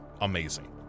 amazing